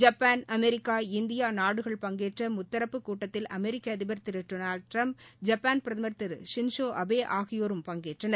Japan America India நாடுகள் பங்கேற்ற முத்தரப்பு கூட்டத்தில் அமெரிக்க அதிபர் டொனால்ட் டிரம்ப் ஜப்பான் பிரதமர் ஷின்சோ அபே ஆகியோரும் பங்கேற்றனர்